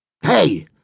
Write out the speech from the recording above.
Hey